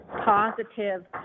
positive